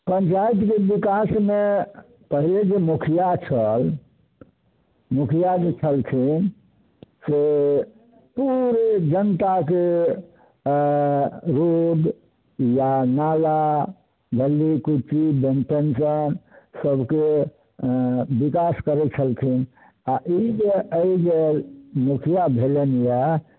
पञ्चाइतके विकासमे पहिले जे मुखिआ छल मुखिआ जे छलखिन से ओ पूरे जनताके अऽ रोड या नाला गली कुच्ची बनठनिके सबके विकास करै छलखिन आओर ई जे अइ जे मुखिआ भेलनिए